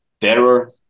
Terror